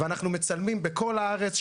אנחנו מצלמים בכל הארץ,